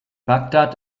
bagdad